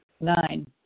Nine